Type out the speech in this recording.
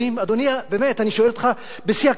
אדוני, באמת, אני שואל אותך בשיא הכנות,